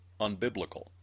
unbiblical